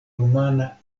rumana